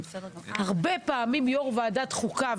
הרבה פעמים יו"ר ועדת חוקה,